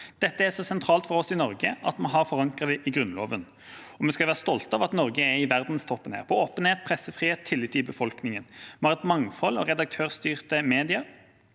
Dette er så sentralt for oss i Norge at vi har forankret det i Grunnloven. Vi skal være stolte av at Norge er i verdenstoppen på åpenhet, pressefrihet og tillit i befolkningen. Vi har et mangfold av redaktørstyrte medier